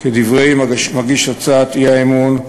כדברי מגיש הצעת האי-אמון,